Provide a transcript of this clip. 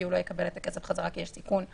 כי לא יקבל את הכסף חזרה כי יש סיכון שיעוקל,